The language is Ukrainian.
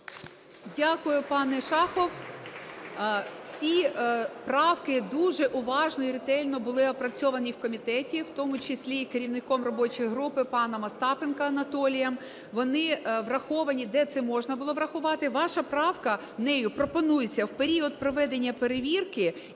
Дякую, пане Шахов. Всі правки дуже уважно і ретельно були опрацьовані в комітеті, в тому числі і керівником робочої групи паном Остапенком Анатолієм. Вони враховані, де це можна було врахувати. Ваша правка, нею пропонується в період проведення перевірки